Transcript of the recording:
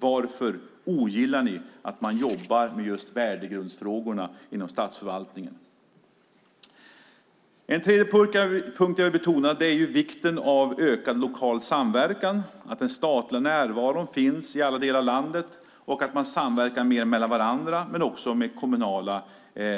Varför ogillar ni att man jobbar med just värdegrundsfrågorna inom statsförvaltningen? Ytterligare en punkt som jag vill betona är vikten av ökad lokal samverkan och att den statliga närvaron finns i alla delar av landet. Det är viktigt att man samverkar mer med varandra men också med kommunala